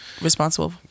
responsible